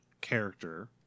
character